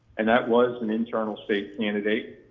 and that was an internal state candidate.